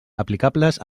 aplicables